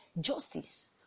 justice